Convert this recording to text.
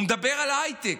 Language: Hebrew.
הוא מדבר על ההייטק,